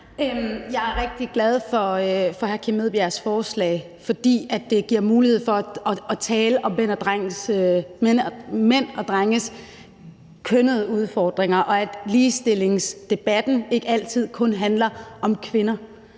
Jeg er rigtig glad for hr. Kim Edberg Andersens forslag, fordi det giver mulighed for at tale om mænd og drenges kønnede udfordringer og om, at ligestillingsdebatten ikke altid kun handler om kvinder.